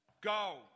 go